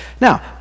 now